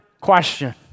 question